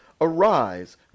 arise